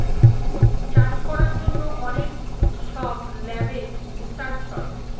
চাষ করার জন্য অনেক সব ল্যাবে রিসার্চ হয়